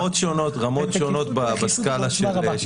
אלה רמות שונות בסקלה של שיתוף פעולה.